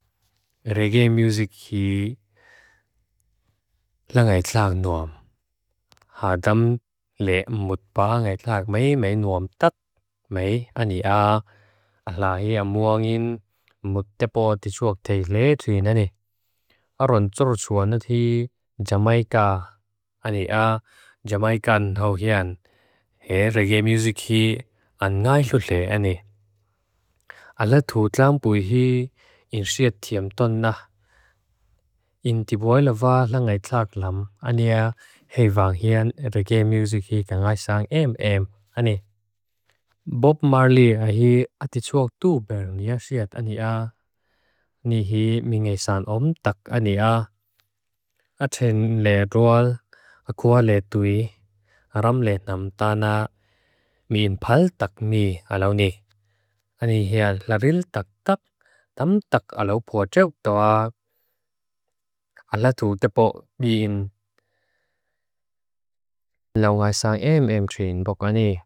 Reggae music hi la ngâi tlâak nuam. Hâ dam le mut pâa ngâi tlâak mei, mei nuam tât, mei. Ani a alâhi amuângin mut tepoa tichuak tei lê tui nâni. Aron tsur tsua nâthi jamaika. Ani a jamaikan hawkian. He reggae music hi an ngâi lhut lê nâni. Alâ tu tlâmpu hi in siet tiem ton nâh. In tibwai lavaa la ngâi tlâak lam. Ani a hei vang hian reggae music hi kan ngâi sang em em, ani. Bob Marley a hi atichuak tuu bernia siet ani a. Ni hi mi ngeisan om tak ani a. Aten lê roal, akua lê tui. A ram lê nam tâna, mi in pal tak mi alâu ni. Ani hi a laril tak tak, tam tak alâu pua chauk toa. Alâ tu tepoa mi in. Lau ngâi sang em em chuin boka ni.